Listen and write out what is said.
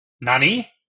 Nani